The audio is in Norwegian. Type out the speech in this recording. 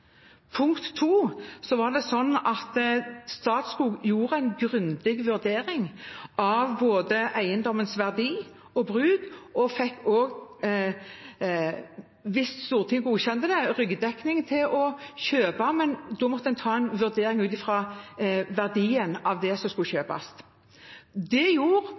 Statskog gjorde en grundig vurdering av både eiendommens verdi og bruk og fikk også, hvis Stortinget godkjente det, ryggdekning til å kjøpe, men da måtte en ta en vurdering ut fra verdien av det som skulle kjøpes. Det gjorde